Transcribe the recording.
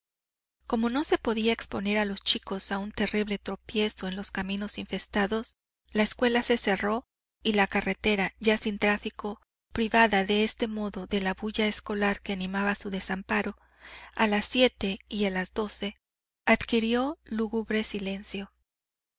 como no se podía exponer a los chicos a un terrible tropiezo en los caminos infestados la escuela se cerró y la carretera ya sin tráfico privada de este modo de la bulla escolar que animaba su desamparo a las siete y a las doce adquirió lúgubre silencio